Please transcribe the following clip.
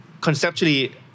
conceptually